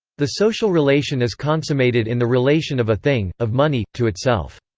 the social relation is consummated in the relation of a thing, of money, to itself.